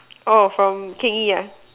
oh from ya